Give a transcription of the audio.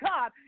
God